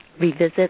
Revisit